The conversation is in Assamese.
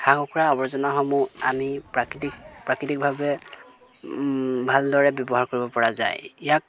হাঁহ কুকুৰা আৱৰ্জনাসমূহ আমি প্ৰাকৃতিক প্ৰাকৃতিকভাৱে ভালদৰে ব্যৱহাৰ কৰিব পৰা যায় ইয়াক